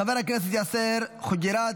חבר הכנסת עופר כסיף,